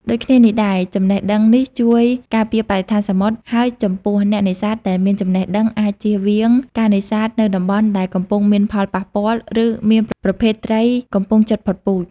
ដូចគ្នានេះដែរ ចំណេះដឹងនេះជួយការពារបរិស្ថានសមុទ្រ ហើយចំពោះអ្នកនេសាទដែលមានចំណេះដឹងអាចជៀសវាងការនេសាទនៅតំបន់ដែលកំពុងមានផលប៉ះពាល់ ឬមានប្រភេទត្រីកំពុងជិតផុតពូជ។